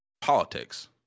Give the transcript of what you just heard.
politics